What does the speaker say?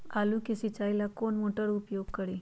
आलू के सिंचाई ला कौन मोटर उपयोग करी?